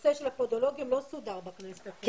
הנושא של הפדולוגים לא סודר בכנסת הקודמת.